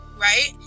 right